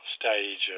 stage